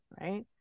right